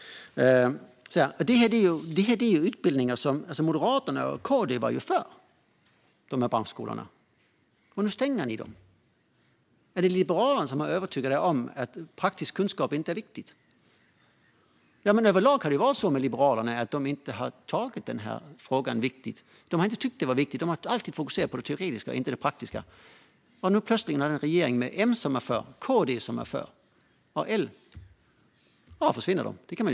Branschskolorna är utbildningar som Moderaterna och KD var för, och nu stänger ni dem. Är det Liberalerna som har övertygat er om att praktisk kunskap inte är viktigt? Överlag har det varit så med Liberalerna att de inte riktigt har tagit i frågan. De har inte tyckt att det har varit viktigt, utan de har alltid fokuserat på det teoretiska och inte på det praktiska. Nu plötsligt har vi en regering med M som är för och KD som är för, men med L försvinner branschskolorna.